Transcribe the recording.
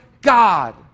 God